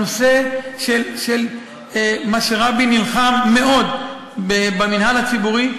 הנושא שרבין נלחם עליו מאוד במינהל הציבורי,